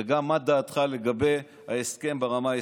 וגם מה דעתך לגבי ההסכם ברמה האסטרטגית.